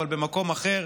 אבל במקום אחר,